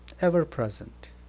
ever-present